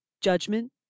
judgment